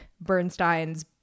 Bernstein's